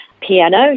Piano